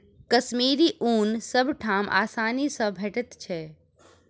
कश्मीरी ऊन सब ठाम आसानी सँ भेटैत छै